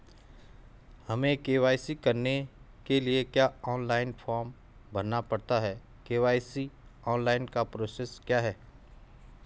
हमें के.वाई.सी कराने के लिए क्या ऑनलाइन फॉर्म भरना पड़ता है के.वाई.सी ऑनलाइन का प्रोसेस क्या है?